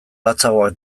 latzagoak